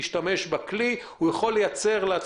הבריאותית ולכן הוא ירצה להשתמש בכלי זה כמה שיותר,